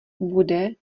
bude